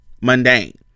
mundane